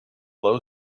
low